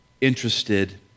interested